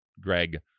Greg